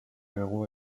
héros